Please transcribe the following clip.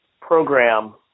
program